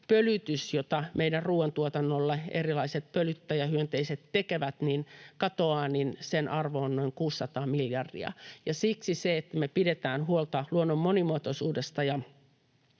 pölytys, jota meidän ruuantuotannolle erilaiset pölyttäjähyönteiset tekevät, katoaa, sen arvo on noin 600 miljardia, ja siksi se, että me pidetään huolta luonnon monimuotoisuudesta ja